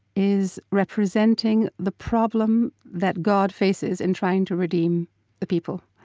is representing the problem that god faces in trying to redeem the people.